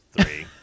three